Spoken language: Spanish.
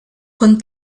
con